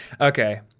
Okay